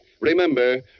Remember